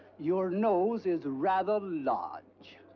your nose is rather large.